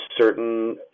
certain